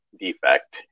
defect